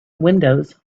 windows